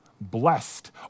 Blessed